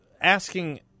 Asking